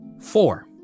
Four